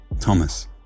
Thomas